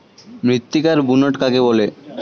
মৃত্তিকার বুনট কাকে বলে?